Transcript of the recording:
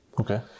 Okay